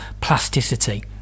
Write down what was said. plasticity